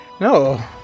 No